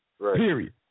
Period